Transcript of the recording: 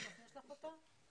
לסוכנות היהודית אין רשימות.